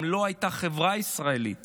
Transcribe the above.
גם לא הייתה חברה ישראלית